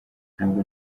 ntabwo